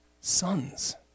sons